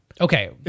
okay